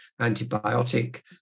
antibiotic